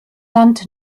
land